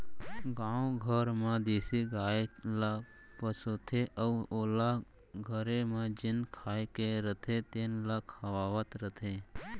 गाँव घर म देसी गाय ल पोसथें अउ ओला घरे म जेन खाए के रथे तेन ल खवावत रथें